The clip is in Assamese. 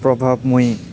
প্ৰভাৱ মই